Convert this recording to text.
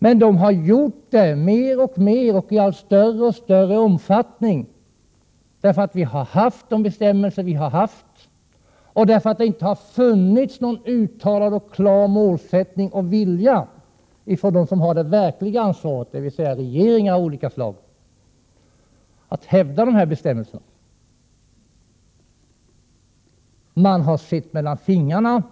Men de har gjort det mer och mer och i allt större och större omfattning därför att vi har haft de bestämmelser vi har haft och därför att det inte har funnits någon uttalad och klar målsättning och vilja hos dem som har det verkliga ansvaret, dvs. regeringar av olika slag, att hävda bestämmelserna. Man har sett mellan fingrarna.